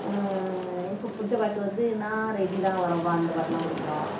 இப்போ பிடிச்ச பாட்டு வந்து நான் ரெடிதான் வரவா அந்த பாட்டுலாம் பிடிக்கும்